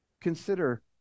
consider